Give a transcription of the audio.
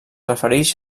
referix